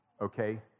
Okay